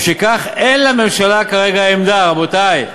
ומשכך אין לממשלה כרגע עמדה, רבותי.